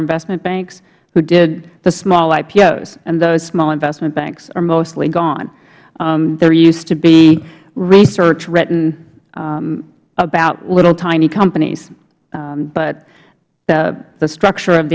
investment banks who did the small ipos and those small investment banks are mostly gone there used to be research written about little tiny companies but the structure of